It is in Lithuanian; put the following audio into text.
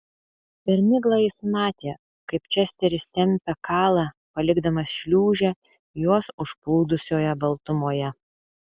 per miglą jis matė kaip česteris tempia kalą palikdamas šliūžę juos užplūdusioje baltumoje